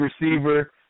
receiver